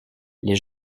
les